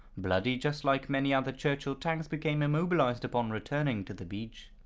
bloody, just like many other churchill tanks became immobilized upon returning to the beach.